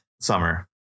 Summer